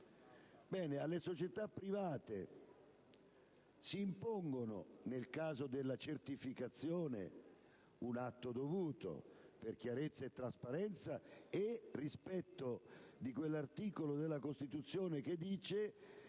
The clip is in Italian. Ebbene, alle società private si impone, nel caso della certificazione, un atto dovuto, per chiarezza trasparenza e rispetto di quell'articolo della Costituzione che prevede